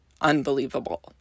unbelievable